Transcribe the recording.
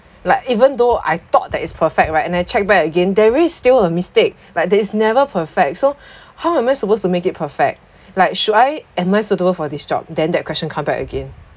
like even though I thought that it's perfect right and I check back again there is still a mistake but there is never perfect so how am I supposed to make it perfect like should I am I suitable for this job then that question come back again